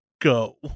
go